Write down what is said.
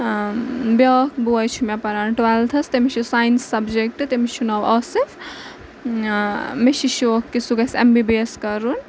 بیٛاکھ بوے چھُ مےٚ پَران ٹُوٮ۪لتھَس تٔمِس چھِ ساینَس سبجَکٹ تٔمِس چھُ ناو عاصف مےٚ چھِ شوق کہِ سُہ گژھِ اٮ۪م بی بی اٮ۪س کَرُن